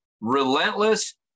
relentless